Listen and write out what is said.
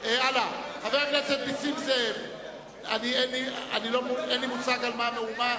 חבר הכנסת נסים זאב, אין לי מושג על מה המהומה.